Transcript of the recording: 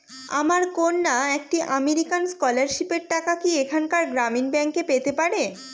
আমার কন্যা একটি আমেরিকান স্কলারশিপের টাকা কি এখানকার গ্রামীণ ব্যাংকে পেতে পারে?